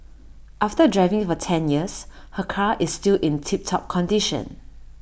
after driving for ten years her car is still in tip top condition